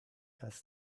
has